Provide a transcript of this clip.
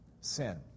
sin